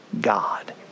God